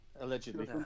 Allegedly